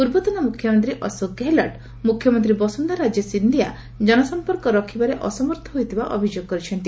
ପୂର୍ବତନ ମୁଖ୍ୟମନ୍ତ୍ରୀ ଅଶୋକ ଗେହଲଟ୍ ମୁଖ୍ୟମନ୍ତ୍ରୀ ବସୁନ୍ଧରା ରାଜେ ସିନ୍ଧିଆ କନସମ୍ପର୍କ ରଖିବାରେ ଅସମର୍ଥ ହୋଇଥିବା ସେ ଅଭିଯୋଗ କରିଛନ୍ତି